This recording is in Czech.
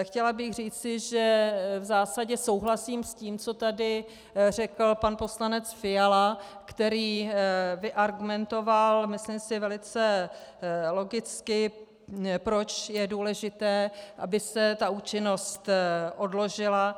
Chtěla bych říci, že v zásadě souhlasím s tím, co tady řekl pan poslanec Fiala, který vyargumentoval myslím velice logicky, proč je důležité, aby se účinnost odložila.